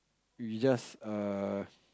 we just err